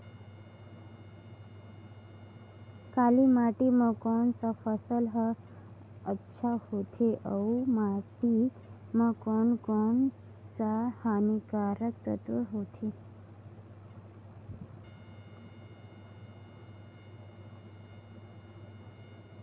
काली माटी मां कोन सा फसल ह अच्छा होथे अउर माटी म कोन कोन स हानिकारक तत्व होथे?